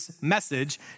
message